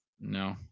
No